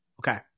okay